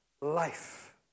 life